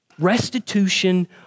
Restitution